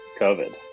COVID